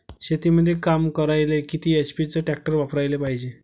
शेतीमंदी काम करायले किती एच.पी चे ट्रॅक्टर वापरायले पायजे?